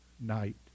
night